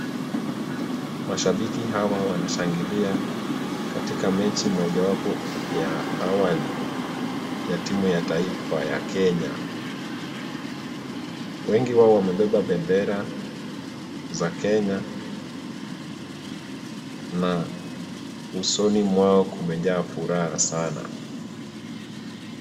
Mashabiki hawa wanashangilia katika mechi moja wapo ya awali ya timu ya taifa ya Kenya. Wengi wao wamebeba bendera za Kenya na usoni mwao kumejaa furaha sana.